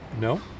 No